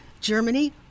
Germany